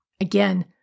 Again